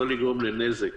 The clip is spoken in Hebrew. לא לגרום לנזק